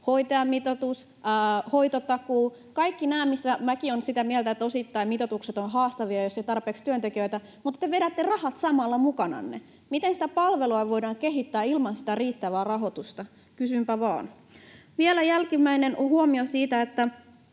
hoitajamitoitus tai hoitotakuu — kaikki nämä, joista minäkin olen sitä mieltä, että osittain mitoitukset ovat haastavia, jos ei ole tarpeeksi työntekijöitä — te vedätte rahat samalla mukananne. Miten sitä palvelua voidaan kehittää ilman sitä riittävää rahoitusta? Kysynpä vaan. Vielä jälkimmäinen huomio siitä, että